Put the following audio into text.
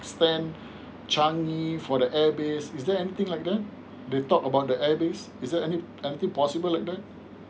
extend changi for the airbase is there anything like that they talk about the air base is there anything possible like that